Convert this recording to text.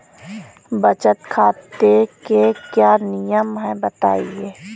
बचत खाते के क्या नियम हैं बताएँ?